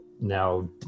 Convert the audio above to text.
now